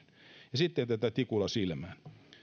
ja sitten tämä tikulla silmään